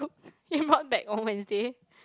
he brought back on Wednesday